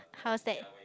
how's that